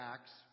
Acts